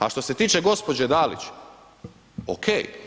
A što se tiče gospođe Dalić, ok.